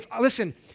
Listen